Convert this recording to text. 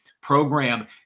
program